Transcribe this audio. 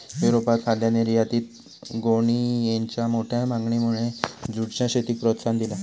युरोपात खाद्य निर्यातीत गोणीयेंच्या मोठ्या मागणीमुळे जूटच्या शेतीक प्रोत्साहन दिला